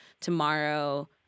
tomorrow